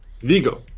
Vigo